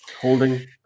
holding